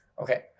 Okay